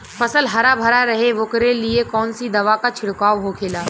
फसल हरा भरा रहे वोकरे लिए कौन सी दवा का छिड़काव होखेला?